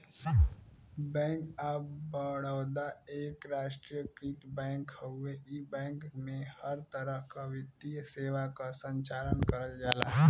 bank of Baroda एक राष्ट्रीयकृत bank हउवे इ बैंक में हर तरह क वित्तीय सेवा क संचालन करल जाला